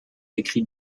écrit